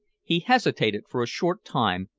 he hesitated for a short time,